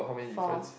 four